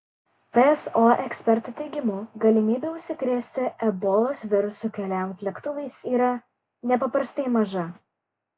pso ekspertų teigimu galimybė užsikrėsti ebolos virusu keliaujant lėktuvais yra nepaprastai maža